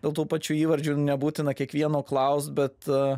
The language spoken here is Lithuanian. dėl tų pačių įvardžių ir nebūtina kiekvieno klaust bet